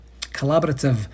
collaborative